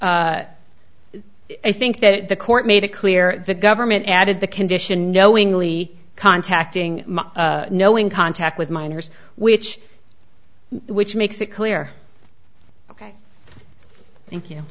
but i think that the court made it clear the government added the condition knowingly contacting knowing contact with minors which which makes it clear ok thank you